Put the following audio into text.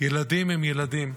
ילדים הם ילדים,